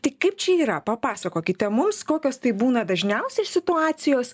ti kaip čia yra papasakokite mums kokios tai būna dažniausiai situacijos